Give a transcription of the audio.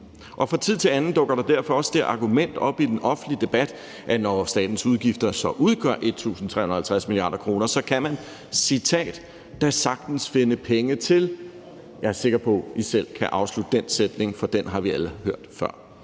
og fra tid til anden dukker der derfor også det argument op i den offentlige debat, at man, når statens udgifter så udgør 1.350 mia. kr., da sagtens kan – og jeg citerer – finde penge til ... Og jeg er sikker på, at I selv kan afslutte den sætning, for den har vi alle hørt før.